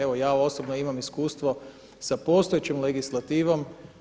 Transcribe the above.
Evo ja osobno imam iskustvo sa postojećom legislativom.